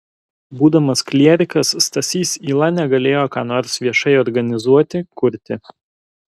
būdamas klierikas stasys yla negalėjo ką nors viešai organizuoti kurti